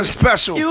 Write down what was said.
special